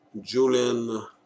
Julian